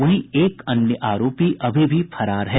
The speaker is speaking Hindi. वहीं एक अन्य आरोपी अभी भी फरार है